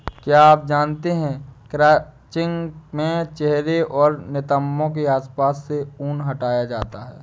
क्या आप जानते है क्रचिंग में चेहरे और नितंबो के आसपास से ऊन हटाया जाता है